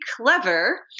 clever